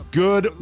good